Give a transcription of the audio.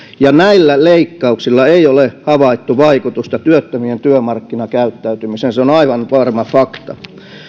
näillä leikkauksilla ei ole havaittu vaikutusta työttömien työmarkkinakäyttäytymiseen se on aivan varma fakta